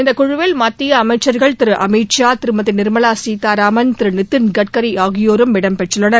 இந்தக் குழுவில் மத்திய அமைச்சா்கள் திரு அமித் ஷா திருமதி நிர்மலா சீதாராமன் திரு நிதின் கட்கரி ஆகியோரும் இடம்பெற்றுள்ளன்